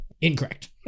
incorrect